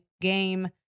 game